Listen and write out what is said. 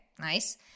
nice